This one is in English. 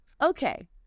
Okay